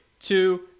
two